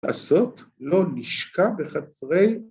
‫לעשות, לא נשקע בחצרי.